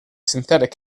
synthetic